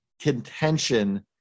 contention